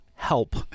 help